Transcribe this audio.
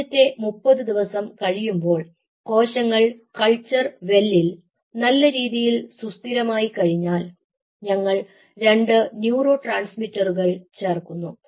ആദ്യത്തെ 30 ദിവസം കഴിയുമ്പോൾ കോശങ്ങൾ കൾച്ചർ വെല്ലിൽ നല്ല രീതിയിൽ സുസ്ഥിരമായി കഴിഞ്ഞാൽ ഞങ്ങൾ രണ്ട് ന്യൂറോ ട്രാൻസ്മിറ്ററുകൾ ചേർക്കുന്നു